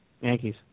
Yankees